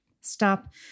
stop